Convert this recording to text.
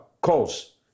calls